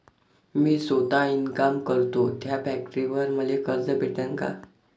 मी सौता इनकाम करतो थ्या फॅक्टरीवर मले कर्ज भेटन का?